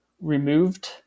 removed